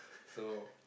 so